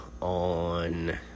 on